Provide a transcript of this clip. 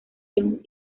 young